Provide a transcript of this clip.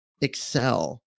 excel